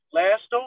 last